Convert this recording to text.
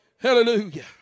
Hallelujah